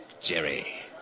Jerry